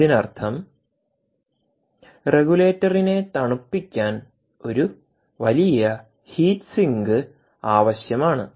ഇതിനർത്ഥം റെഗുലേറ്ററിനെ തണുപ്പിക്കാൻ ഒരു വലിയ ഹീറ്റ് സിങ്ക് ആവശ്യമാണ്